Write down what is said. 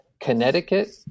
Connecticut